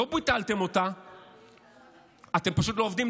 אני אגיד לכם למה אתם מתנגדים?